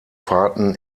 fahrten